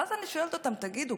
ואז אני שואלת אותם: תגידו,